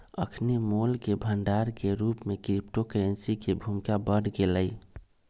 अखनि मोल के भंडार के रूप में क्रिप्टो करेंसी के भूमिका बढ़ गेलइ